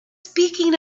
speaking